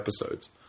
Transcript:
episodes